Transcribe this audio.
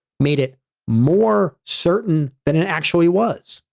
made it more certain than it actually was.